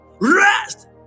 rest